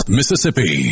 Mississippi